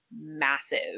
massive